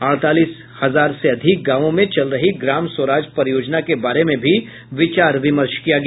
अड़तालीस हजार से अधिक गांवों में चल रही ग्राम स्वराज परियोजना के बारे में भी विचार विमर्श किया गया